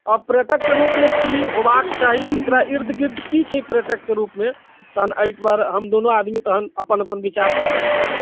आओर पर्यटकके रूपमे की होबाक चाही एकरा इर्दगिर्द की छै पर्यटकके रूपमे तहन एहिपर हम दुनू आदमी तहन अपन अपन विचार साझा कैल जाउ